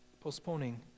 postponing